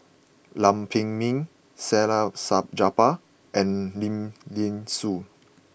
Lam Pin Min said out Salleh Japar and Lim Thean Soo